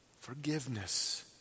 forgiveness